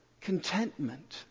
Contentment